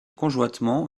conjointement